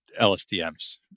LSTMs